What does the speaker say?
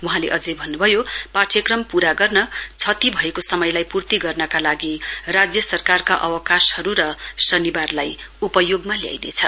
वहाँले अझ भन्नु भयो पाठ्यक्रम पूरा गर्ने उद्देश्यले क्षति भएको समयालई पूर्ति गर्न राज्य सरकारका अवकाशहरू र शनिबारलाई उपयोगमा ल्याइनेछ